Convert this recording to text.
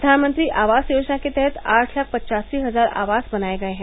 प्रघानमंत्री आवास योजना के तहत आठ लाख पच्चासी हजार आवास बनाये गये हैं